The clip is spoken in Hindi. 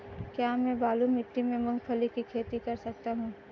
क्या मैं बालू मिट्टी में मूंगफली की खेती कर सकता हूँ?